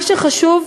מה שחשוב,